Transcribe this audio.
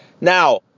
Now